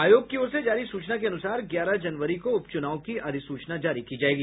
आयोग की ओर से जारी सूचना के अनुसार ग्यारह जनवरी को उपचुनाव की अधिसूचना जारी की जायेगी